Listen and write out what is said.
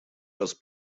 раз